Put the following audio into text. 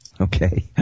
Okay